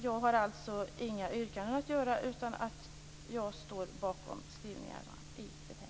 Jag har inga yrkanden, utan jag står bakom skrivningarna i betänkandet.